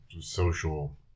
social